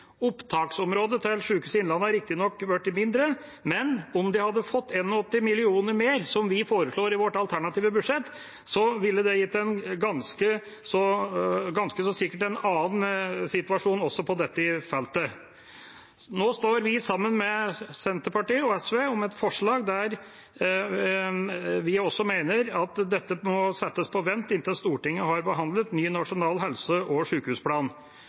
Opptaksområdet til Sykehuset Innlandet har riktignok blitt mindre, men om det hadde fått 81 mill. kr mer, som vi foreslår i vårt alternative budsjett, ville det ganske så sikkert gitt en annen situasjon også på dette feltet. Nå står vi sammen med Senterpartiet og SV om et forslag der vi mener at dette må settes på vent inntil Stortinget har behandlet ny nasjonal helse- og